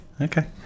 Okay